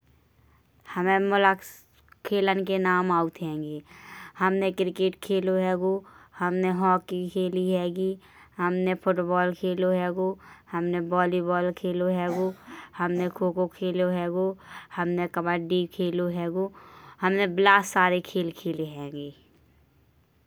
हमे मुलाक़ खेलन के नाम ऑठ हैंगे। हमने क्रिकेट खेलो हैंगो हमने हॉकी खेली हैंगी। हमने फुटबॉल खेलो हैंगो हमने बॉलीबॉल खेलो हैंगो। हमने खो खो खेलो हैंगो हमने कबड्डी खेलो हैंगो। हमने बिलात सारे खेल खेले हैंगे।